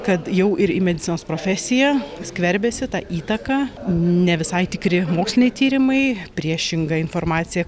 kad jau ir į medicinos profesiją skverbiasi ta įtaka ne visai tikri moksliniai tyrimai priešinga informacija